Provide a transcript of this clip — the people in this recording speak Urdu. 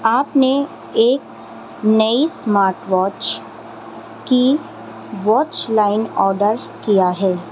آپ نے ایک نئی اسمارٹ واچ کی واچ لائن آرڈر کیا ہے